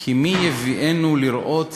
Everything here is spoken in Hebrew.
כי מי יביאנו לראות